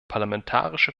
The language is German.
parlamentarische